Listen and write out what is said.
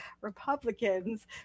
Republicans